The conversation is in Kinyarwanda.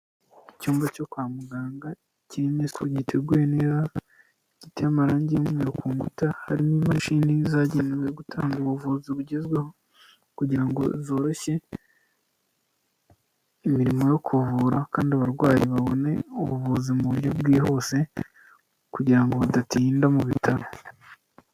Icyumba cyo kwa muganga kirimo iswa giteguye neza, giteye amarange y'umweru ku nkuta, harimo imashini zagenewe gutanga ubuvuzi bugezweho, kugira ngo zoroshye, imirimo yo kuvura, kandi abarwayi babone ubuvuzi mu buryo bwihuse, kugira ngo badatinda mu bitaro.